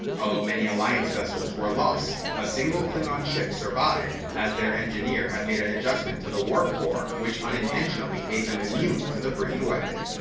although many alliance vessels were lost, a single klingon ship survived, as their engineer had made an adjustment to their warp core, which unintentionally made them immune to the breen weapon.